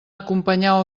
acompanyar